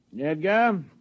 Edgar